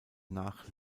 nach